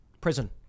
Prison